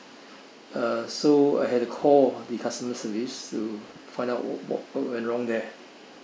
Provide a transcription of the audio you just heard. uh so I had to call the customer service to find out what went wrong there